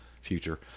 future